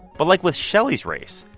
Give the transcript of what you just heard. but like with shelly's race,